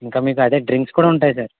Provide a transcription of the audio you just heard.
ఇంకా మీకు అదే డ్రింక్స్ కూడా ఉంటాయ్ సార్